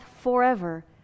forever